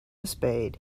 spade